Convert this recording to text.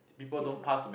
he